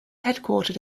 headquartered